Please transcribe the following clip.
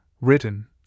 written